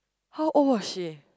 how old was she